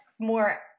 more